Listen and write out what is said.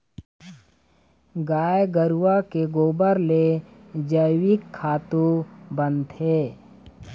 गाय गरूवा के गोबर ले जइविक खातू बनथे